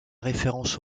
référence